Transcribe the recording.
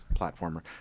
platformer